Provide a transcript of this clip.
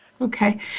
okay